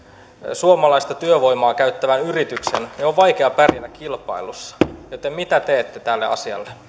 suomalaista työvoimaa käyttävän rehellisen yrityksen on vaikea pärjätä kilpailussa mitä teette tälle asialle